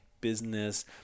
business